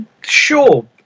Sure